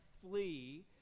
flee